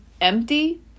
empty